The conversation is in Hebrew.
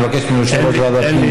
נבקש מיושב-ראש ועדת הפנים.